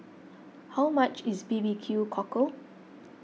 how much is B B Q Cockle